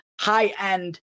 high-end